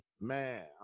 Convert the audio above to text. man